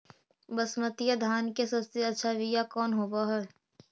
बसमतिया धान के सबसे अच्छा बीया कौन हौब हैं?